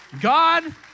God